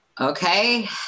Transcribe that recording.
Okay